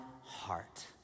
heart